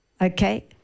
Okay